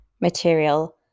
material